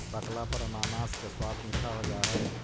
पकला पर अनानास के स्वाद मीठा हो जा हई